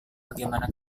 bagaimana